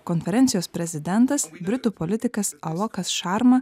konferencijos prezidentas britų politikas alokas šarma